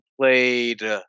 played